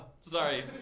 Sorry